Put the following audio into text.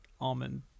almond